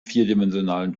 vierdimensionalen